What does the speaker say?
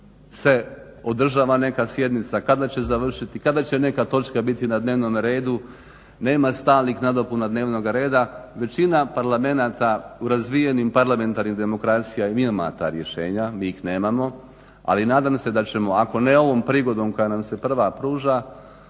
kada će završiti, kada će neka točka biti na dnevnom redu, nema stalnih nadopuna dnevnog reda. Većina parlamenata u razvijenim parlamentarnim demokracijama ima ta rješenja, mi ih nemamo. Ali nadam se da ćemo ako ne ovom prigodom koja nam se prva pruža